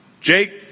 Jake